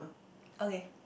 okay